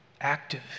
active